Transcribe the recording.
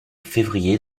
février